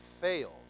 fails